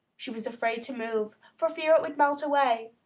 she was afraid to move, for fear it would melt away.